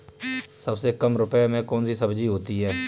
सबसे कम रुपये में कौन सी सब्जी होती है?